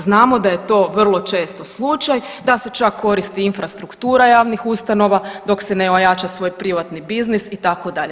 Znamo da je to vrlo često slučaj da se čak koristi infrastruktura javnih ustanova dok ne ojača svoj privatni biznis itd.